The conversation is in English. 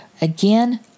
Again